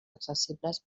accessibles